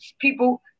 people